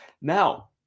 Now